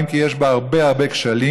אם כי יש בה הרבה הרבה כשלים,